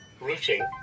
Routing